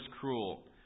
cruel